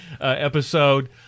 episode